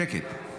שקט.